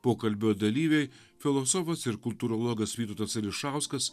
pokalbio dalyviai filosofas ir kultūrologas vytautas ališauskas